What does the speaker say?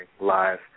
live